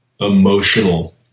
emotional